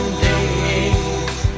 days